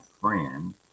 friend